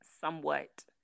somewhat